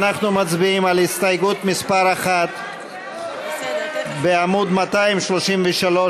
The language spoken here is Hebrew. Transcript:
אנחנו מצביעים על הסתייגות מס' 1 בעמוד 233,